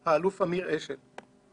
האלוף אמיר אשל.